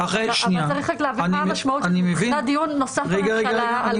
אבל צריך להבין מה המשמעות מבחינת דיון נוסף בממשלה.